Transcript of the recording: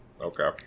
Okay